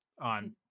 on